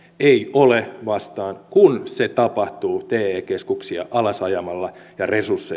ei ole vastaan kun se tapahtuu te keskuksia alasajamalla ja resursseja vähentämällä